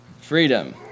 Freedom